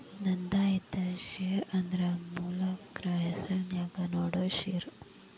ನೋಂದಾಯಿತ ಷೇರ ಅಂದ್ರ ಮಾಲಕ್ರ ಹೆಸರ್ನ್ಯಾಗ ನೇಡೋ ಷೇರ